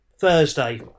Thursday